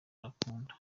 arankunda